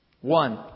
One